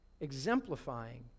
exemplifying